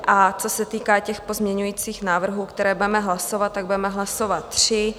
A co se týká těch pozměňujících návrhů, které budeme hlasovat, tak budeme hlasovat tři.